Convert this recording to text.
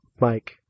Mike